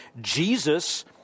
Jesus